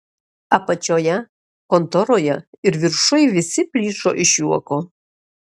apačioje kontoroje ir viršuj visi plyšo iš juoko